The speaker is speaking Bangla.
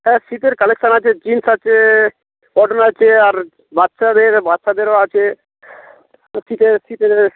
হ্যাঁ শীতের কালেকশান আছে জিন্স আছে কটন আছে আর বাচ্চাদের বাচ্চাদেরও আছে শীতের শীতের